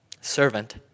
servant